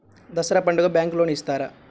దసరా పండుగ bank loan ఇస్తారా?